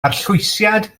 arllwysiad